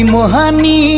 Mohani